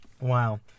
Wow